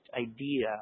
idea